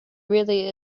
really